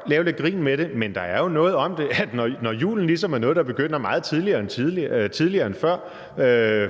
godt lave lidt grin med det, men der er jo noget om det. Når julen ligesom er noget, der begynder meget tidligere end før,